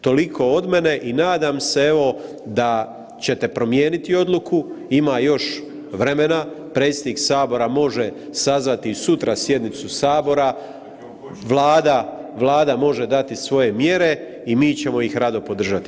Toliko od mene i nadam se evo da ćete promijeniti odluku, ima još vremena, predsjednik sabora može sazvati i sutra sjednicu sabora, Vlada može dati svoje mjere i mi ćemo ih rado podržati.